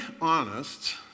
honest